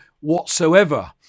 whatsoever